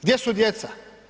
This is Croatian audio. Gdje su djeca?